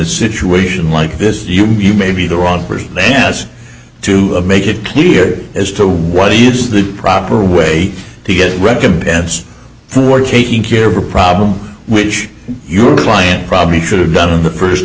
situation like this you may be the wrong person has to make it clear as to what is the proper way to get recompense for taking care of a problem which your client probably should have done in the first